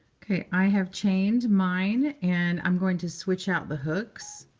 ok. i have chained mine, and i'm going to switch out the hooks.